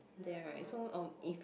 there right so um if